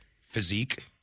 physique